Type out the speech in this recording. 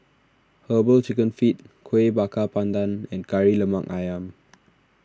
Herbal Chicken Feet Kuih Bakar Pandan and Kari Lemak Ayam